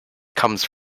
comes